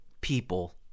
people